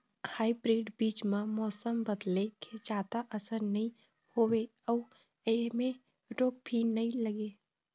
hybrid बीज म मौसम बदले के जादा असर नई होवे अऊ ऐमें रोग भी नई लगे